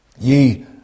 ye